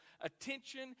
attention